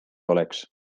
oleks